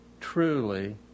truly